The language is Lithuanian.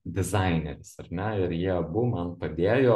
dizaineris ar ne ir jie abu man padėjo